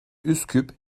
üsküp